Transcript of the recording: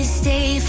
stay